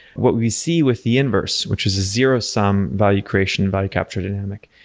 what we see with the inverse, which is a zero-sum value creation, value capture dynamic,